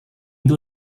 itu